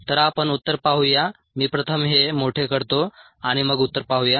तर आपण उत्तर पाहू या मी प्रथम हे मोठे करतो आणि मग उत्तर पाहूया